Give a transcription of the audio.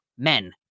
men